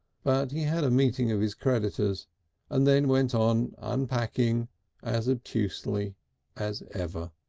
but he had a meeting of his creditors and then went on unpacking as obtusely as ever.